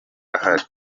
ahari